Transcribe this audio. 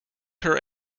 her